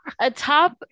Atop